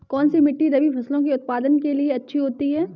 कौनसी मिट्टी रबी फसलों के उत्पादन के लिए अच्छी होती है?